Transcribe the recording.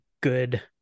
good